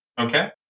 Okay